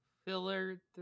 Filler